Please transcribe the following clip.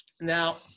Now